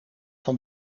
van